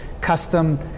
custom